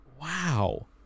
wow